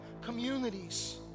communities